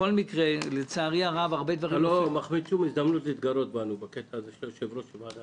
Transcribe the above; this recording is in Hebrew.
אתה לא מחמיץ שום הזדמנות להתגרות בנו בנושא הזה של יושב-ראש הוועדה